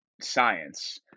science